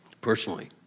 personally